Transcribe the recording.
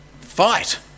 fight